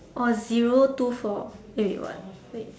or zero two four eh wait what wait